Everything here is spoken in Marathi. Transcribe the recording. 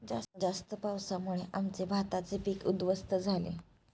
जास्त पावसामुळे आमचे भाताचे पीक उध्वस्त झाले